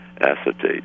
acetate